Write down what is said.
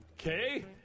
Okay